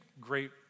great